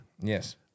Yes